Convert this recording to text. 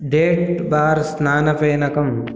date बार् स्नानफेनकं